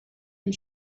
and